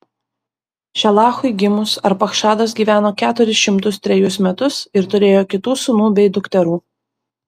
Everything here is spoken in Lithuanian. šelachui gimus arpachšadas gyveno keturis šimtus trejus metus ir turėjo kitų sūnų bei dukterų